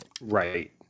Right